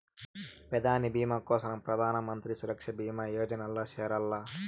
పెదాని బీమా కోసరం ప్రధానమంత్రి సురక్ష బీమా యోజనల్ల చేరాల్ల